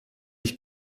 ich